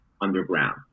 underground